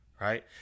Right